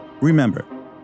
Remember